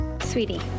Sweetie